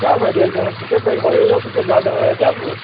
کیٛاہ مَنیجَر سُہ کیٛاہ کَرِ مَنیجَر سُہ کیٛاہ گَگَر رَٹیٛاہ سُہ